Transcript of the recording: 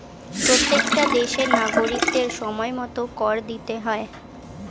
প্রত্যেকটা দেশের নাগরিকদের সময়মতো কর দিতে হয়